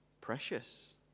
precious